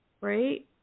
Right